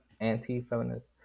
anti-feminist